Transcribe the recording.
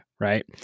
right